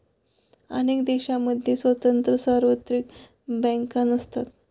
अनेक देशांमध्ये स्वतंत्र सार्वत्रिक बँका नसतात